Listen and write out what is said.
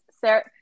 Sarah